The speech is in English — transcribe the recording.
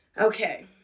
Okay